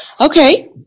Okay